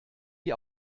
wie